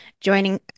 Joining